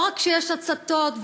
לא רק כשיש הצתות,